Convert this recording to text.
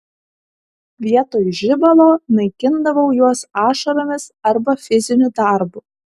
vietoj žibalo naikindavau juos ašaromis arba fiziniu darbu